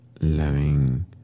loving